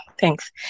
Thanks